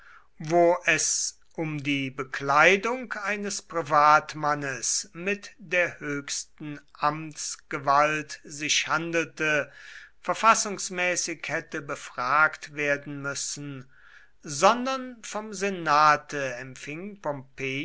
wo es um die bekleidung eines privatmannes mit der höchsten amtsgewalt sich handelte verfassungsmäßig hätte befragt werden müssen sondern vom senate empfing